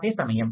ഇപ്പോൾ ചോദ്യം